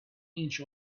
inch